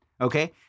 okay